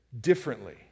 differently